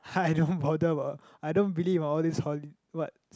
I don't bother about I don't believe about all these holi~ what